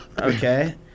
okay